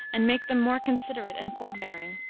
and make them more considerate and forbearing.